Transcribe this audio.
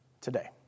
today